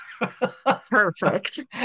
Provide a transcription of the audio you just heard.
Perfect